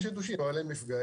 יש יתושים אבל אין מפגעים.